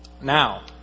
Now